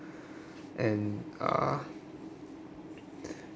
and uh